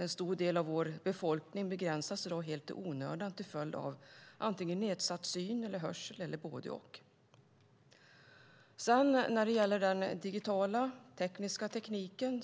En stor del av vår befolkning begränsas i dag helt i onödan till följd av antingen nedsatt syn eller hörsel eller både och. Den digitala tekniken